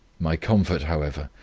my comfort, however,